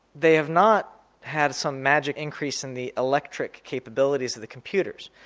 they have not had some magic increase in the electric capabilities of the computers,